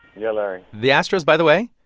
yeah, larry the astros, by the way,